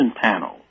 panel